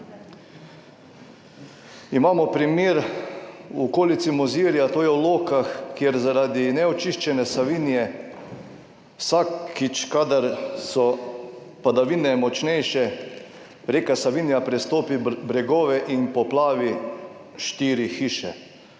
Imamo primer v okolici Mozirja, to je v Lokah, kjer zaradi neočiščene Savinje vsakič, kadar so padavine močnejše, reka Savinja prestopi bregove in poplavi 4 hiše.